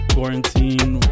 Quarantine